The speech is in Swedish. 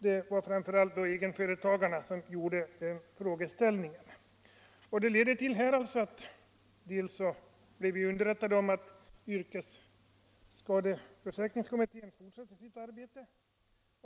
Det är framför allt egenföretagarna som haft anledning att ställa den frågan. Vi har blivit underrättade om att yrkesskadeförsäkringskommittén fortsätter sitt arbete.